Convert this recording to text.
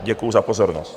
Děkuji za pozornost.